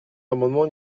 l’amendement